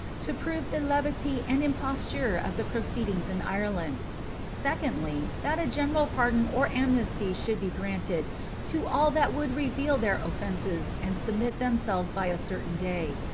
to prove the levity and imposture of the proceedings in ireland secondly, that a general pardon or amnesty should be granted to all that would reveal their offences, and submit themselves by a certain day,